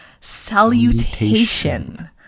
salutation